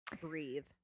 breathe